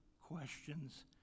questions